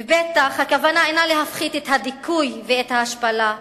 בטח, הכוונה איננה להפחית את הדיכוי ואת ההשפלה.